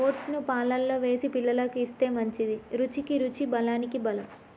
oats ను పాలల్లో వేసి పిల్లలకు ఇస్తే మంచిది, రుచికి రుచి బలానికి బలం